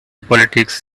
politics